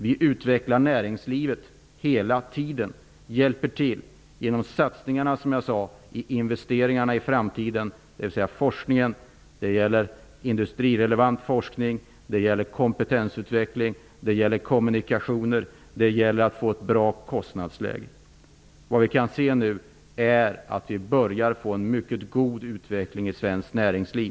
Vi utvecklar näringslivet hela tiden och hjälper, som jag sagt, till genom satsningarna på investeringar i framtiden. Det gäller industrirelevant forskning, kompetensutveckling, kommunikationer och åtgärder för att få ett bra kostnadsläge. Vi kan nu se att det börjar bli en mycket god utveckling i svenskt näringsliv.